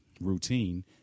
routine